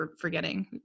forgetting